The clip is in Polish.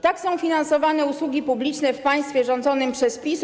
Tak są finansowane usługi publiczne w państwie rządzonym przez PiS.